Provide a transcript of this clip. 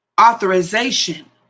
Authorization